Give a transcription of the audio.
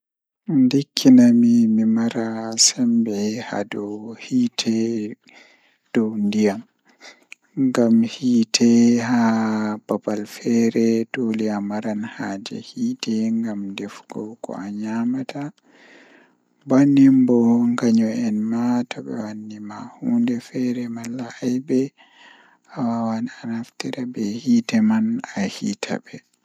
Ndikkina mi So mi waawi ɗonnoogol ko mi waɗi yimre njoɓdi ndee ngam majji walla ndee ngam ndiyam, miɗo ɗonnoo ndee ngam ndiyam. Ndiyam ko moƴƴo ngam ngal waɗi faa mi waɗa semmbugol